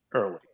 early